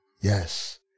Yes